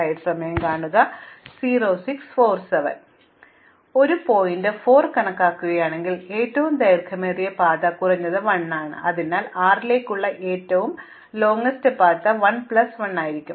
ഇപ്പോൾ ഞാൻ ശീർഷകം 4 കണക്കാക്കിയാൽ അത് ഏറ്റവും ദൈർഘ്യമേറിയ പാത കുറഞ്ഞത് 1 ആണ് അതിനാൽ 6 ലേക്കുള്ള ഏറ്റവും ദൈർഘ്യമേറിയ പാത കുറഞ്ഞത് 1 പ്ലസ് 1 ആയിരിക്കണം